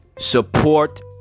Support